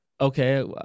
okay